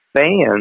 fans